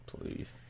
please